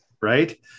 right